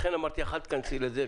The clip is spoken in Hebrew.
לכן אמרתי לך: אל תיכנסי לזה,